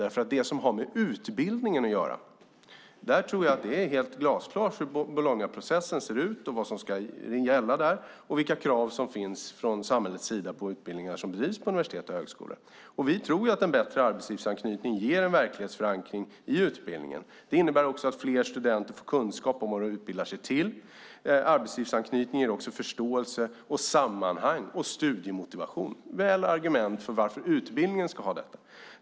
När det gäller det som har med utbildningen att göra är det helt glasklart hur Bolognaprocessen ser ut, vad som ska gälla där och vilka krav som finns från samhällets sida för utbildningar som bedrivs på universitet och högskolor. Vi tror att en bättre arbetslivsanknytning ger en verklighetsförankring i utbildningen. Det innebär också att fler studenter får kunskap om vad de utbildar sig till. Arbetslivsanknytning ger också förståelse, sammanhang och studiemotivation. Det är goda argument för varför utbildningen ska detta.